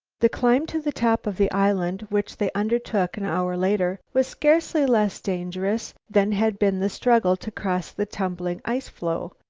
the climb to the top of the island, which they undertook an hour later, was scarcely less dangerous than had been the struggle to cross the tumbling ice-floe,